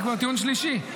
זה כבר טיעון שלישי,